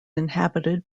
inhabited